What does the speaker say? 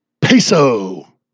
Peso